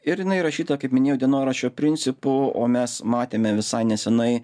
ir jinai rašyta kaip minėjau dienoraščio principu o mes matėme visai nesenai